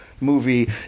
movie